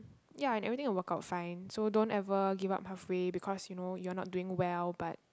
ya and everything work out fine so don't ever give up of free because you know you are not doing well but